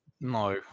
No